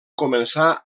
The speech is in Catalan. començar